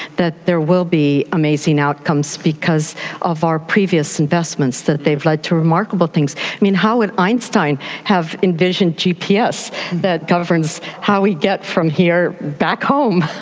that there will be amazing outcomes because of our previous investments, that they've led to remarkable things. i mean, how would einstein have envisioned gps that governs how we get from here home,